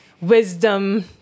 wisdom